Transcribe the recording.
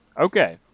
Okay